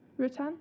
Rutan